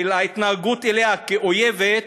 של התנהגות אליה כאויבת,